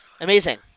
Amazing